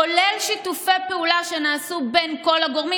כולל שיתופי פעולה שנעשו בין כל הגורמים,